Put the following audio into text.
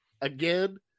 again